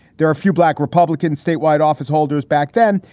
there are a few black republicans statewide office holders back then.